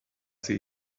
sie